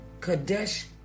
Kadesh